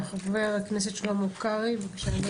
חה"כ שלמה קרעי, בבקשה.